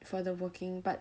for the working but